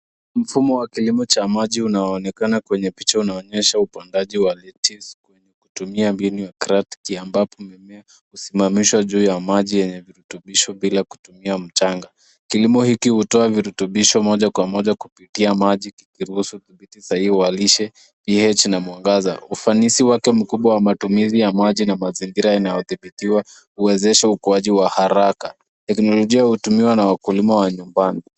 Mfumo wa umwagiliaji wa maji unaonekana kwenye shamba, ukionyesha upangaji wa miti. Unatumia njia ya kisasa ya mabomba madogo. Pampu imesimikwa juu ya maji na kusambaza bila kutumia mtaro. Mimea imepangwa kwa mstari, na bomba dogo dogo husambaza maji moja kwa moja kwa kila mmea ili kuyazalisha ipasavyo